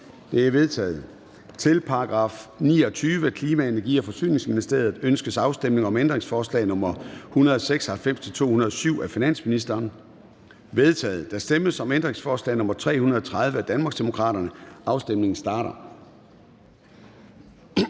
De er vedtaget. Til § 22. Kirkeministeriet. Ønske afstemning om ændringsforslag nr. 167 af finansministeren? Det er vedtaget. Der stemmes om ændringsforslag nr. 327 af Danmarksdemokraterne. Afstemningen starter.